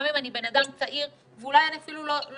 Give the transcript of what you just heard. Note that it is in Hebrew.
גם אם אני בן אדם צעיר ואולי אני אפילו לא